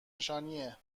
نشانیه